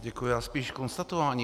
Děkuji, já spíš konstatování.